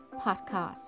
podcast